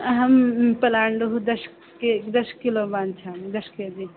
अहं पलाण्डुः दश कि दश किलो वाञ्चामि दश के जी